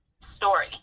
story